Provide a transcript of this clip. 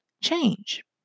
change